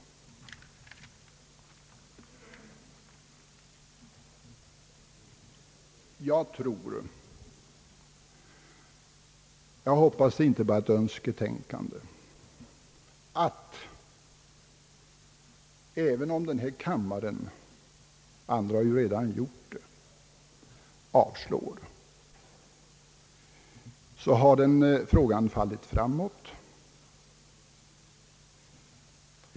Jag anser — och jag hoppas att det inte bara är ett önsketänkande — att även om denna kammare liksom andra kammaren avslår vårt förslag så har frågan ändå fallit framåt.